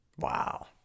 wow